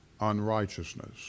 unrighteousness